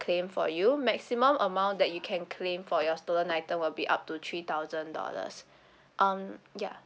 claim for you maximum amount that you can claim for your stolen item will be up to three thousand dollars um ya